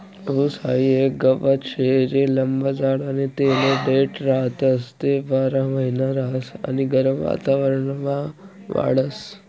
ऊस हाई एक गवत शे जे लंब जाड आणि तेले देठ राहतस, ते बारामहिना रहास आणि गरम वातावरणमा वाढस